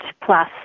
plus